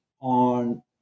on